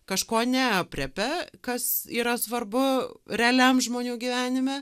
kažko neaprėpia kas yra svarbu realiam žmonių gyvenime